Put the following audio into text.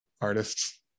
artists